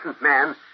man